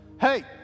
hey